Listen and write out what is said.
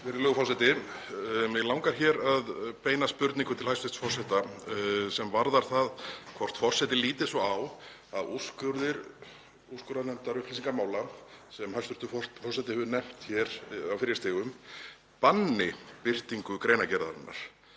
Mig langar að beina spurningu til hæstv. forseta sem varðar það hvort forseti líti svo á að úrskurðir úrskurðarnefndar upplýsingamála, sem hæstv. forseti hefur nefnt hér á fyrri stigum, banni birtingu greinargerðarinnar.